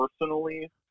personally –